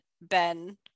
Ben